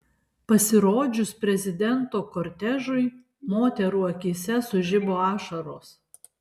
pasirodžius prezidento kortežui moterų akyse sužibo ašaros